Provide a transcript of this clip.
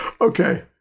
Okay